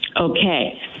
Okay